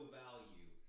value